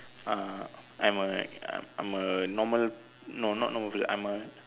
uh I'm like I'm a normal no not normal person I'm a